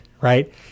right